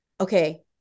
Okay